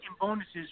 bonuses